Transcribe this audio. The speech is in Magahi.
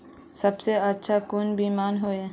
सबसे अच्छा कुन बिमा होय?